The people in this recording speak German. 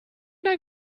dein